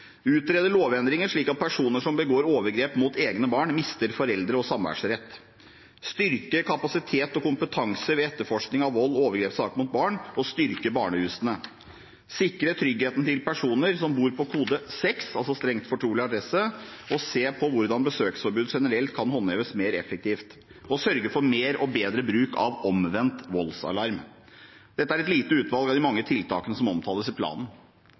utrede en lovendring slik at personer som begår overgrep mot egne barn, mister foreldre- og samværsrett styrke kapasitet og kompetanse ved etterforskning av vold og overgrepssaker mot barn, og styrke barnehusene sikre tryggheten til personer som bor på kode 6, altså strengt fortrolig adresse, og se på hvordan besøksforbud generelt kan håndheves mer effektivt sørge for mer og bedre bruk av omvendt voldsalarm Dette er et lite utvalg av de mange tiltakene som omtales i planen.